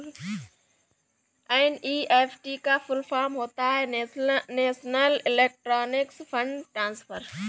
NEFT का full form होता है नेशनल इलेक्ट्रॉनिक्स फण्ड ट्रांसफर